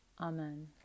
Amen